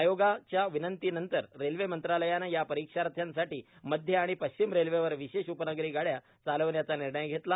आयोगाच्या विनंतीनंतर रेल्वे मंत्रालयानं या परीक्षार्थींसाठी मध्य आणि पश्चिम रेल्वे वर विशेष उपनगरी गाड्या चालवण्याचा निर्णय घेतला